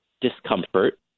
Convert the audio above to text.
discomfort